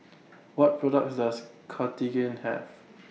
What products Does Cartigain Have